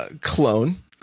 clone